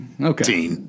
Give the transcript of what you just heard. Okay